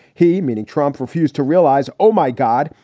he, meaning trump, refused to realize, oh, my god,